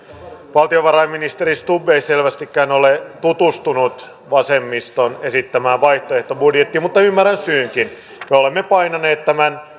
valtiovarainministeri stubb ei selvästikään ole tutustunut vasemmiston esittämään vaihtoehtobudjettiin mutta ymmärrän syynkin me olemme painaneet tämän